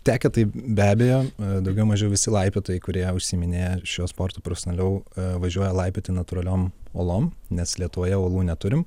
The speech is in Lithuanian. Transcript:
tekę tai be abejo daugiau mažiau visi laipiotojai kurie užsiiminėja šiuo sportu profesionaliau važiuoja laipioti natūraliom uolom nes lietuvoje uolų neturim